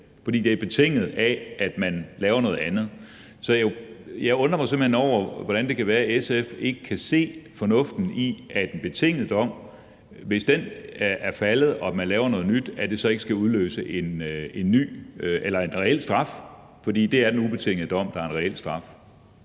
fordi den er betinget og først udløses, hvis man laver noget andet. Så jeg undrer mig simpelt hen over, hvordan det kan være, at SF ikke kan se fornuften i, at det, hvis en betinget dom er faldet og man laver noget nyt, skal udløse en reel straf. For det er den ubetingede dom, der er en reel straf.